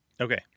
Okay